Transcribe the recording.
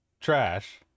Trash